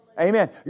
Amen